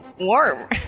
warm